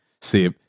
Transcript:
See